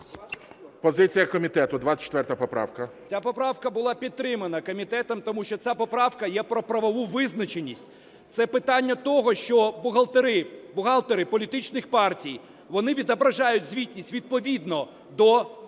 Позиція комітету, 24 поправка. 18:24:15 КОСТІН А.Є. Ця поправка була підтримана комітетом, тому що ця поправка є про правову визначеність. Це питання того, що бухгалтери політичних партій, вони відображають звітність відповідно до того законодавства,